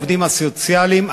העובדים הסוציאליים,